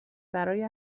برای